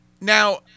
Now